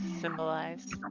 symbolize